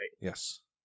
Yes